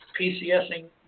PCSing